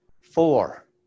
Four